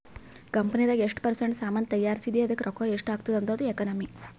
ಕಂಪನಿದಾಗ್ ಎಷ್ಟ ಪರ್ಸೆಂಟ್ ಸಾಮಾನ್ ತೈಯಾರ್ಸಿದಿ ಅದ್ದುಕ್ ರೊಕ್ಕಾ ಎಷ್ಟ ಆತ್ತುದ ಅದು ಎಕನಾಮಿ